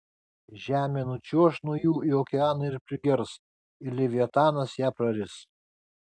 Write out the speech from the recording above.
žemė nučiuoš nuo jų į okeaną ir prigers ir leviatanas ją praris